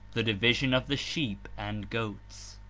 the division of the sheep and goats.